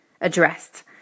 addressed